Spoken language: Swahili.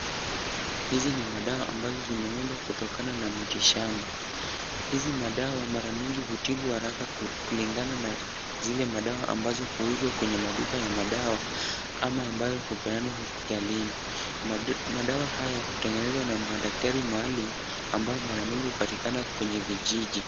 Hizi ni madawa ambazo zimeundwa kutokana na miti shamba, hizi madawa mara mingi hutibu haraka kulingana na zile madawa ambazo huuzwa kwenye maduka ya madawa ama ambayo hupeanwa hospitalini, madawa haya hutengenezwa na madktari maalum ambao mara mingi hupatikana kwenye vijiji.